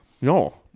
No